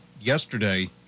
yesterday